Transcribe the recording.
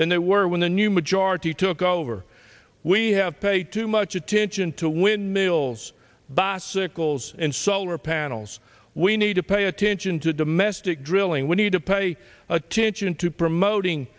than they were when the new majority took over we have paid too much attention to when mills bought sickles insulter panels we need to pay attention to domestic drilling we need to pay attention to promoting